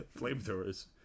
flamethrowers